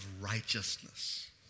Righteousness